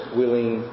willing